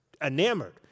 enamored